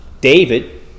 David